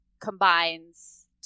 combines